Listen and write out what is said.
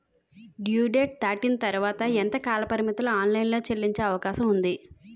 Due date దాటిన తర్వాత ఎంత కాలపరిమితిలో ఆన్ లైన్ లో చెల్లించే అవకాశం వుంది?